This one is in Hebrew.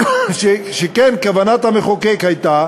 שכן כוונת המחוקק הייתה